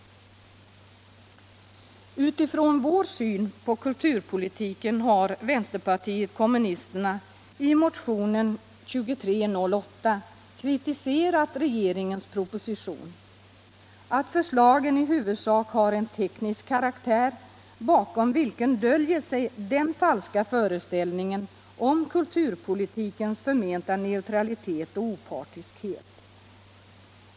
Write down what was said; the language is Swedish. Utifrån vår syn på kulturpolitiken har vi inom vänsterpartiet kommunisterna i motionen 2308 kritiserat regeringens proposition — att förslagen i huvudsak har en teknisk karaktär, bakom vilken döljer sig den falska föreställningen om kulturpolitikens förmenta neutralitet och opartiskhet.